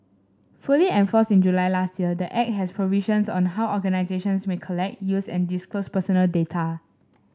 fully enforced in July last year the Act has provisions on how organisations may collect use and disclose personal data